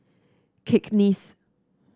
cakenis